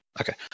Okay